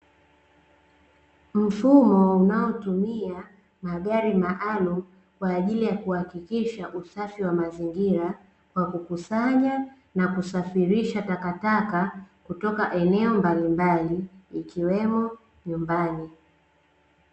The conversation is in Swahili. Mfumo unaotumia magari maalum kwa ajili ya kuhakikisha usafi wa mazingira kwa kukusanya na kusafirisha takataka kutoka eneo mbalimbali ikiwemo nyumbani.